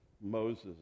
Moses